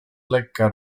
lekka